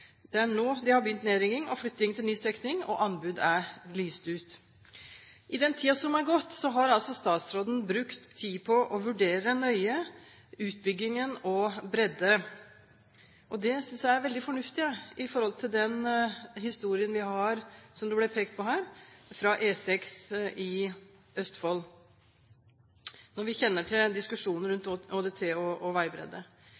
Det er nå de har begynt nedrigging og flytting til ny strekning, og anbud er lyst ut. I den tiden som er gått, har altså statsråden brukt tid på nøye å vurdere utbyggingen og bredde, og det synes jeg er veldig fornuftig i forhold til den historien vi har, som det ble pekt på her, fra E6 i Østfold, når vi kjenner til diskusjonen